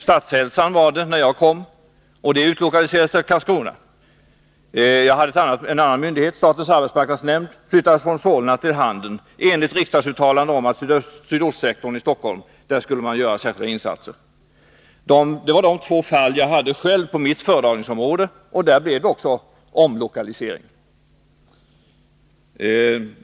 Statshälsan var det när jag kom till budgetdepartementet. Den utlokaliserades till Karlskrona. Jag hade hand om flyttningen av en annan myndighet: statens arbetsmarknadsnämnd, den flyttades från Solna till Handen i enlighet med ett riksdagsuttalande om att man i sydostsektorn i Stockholm skulle göra särskilda insatser: Det var de två fall jag hade på mitt föredragningsområde, och där blev det omlokalisering.